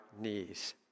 knees